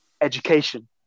education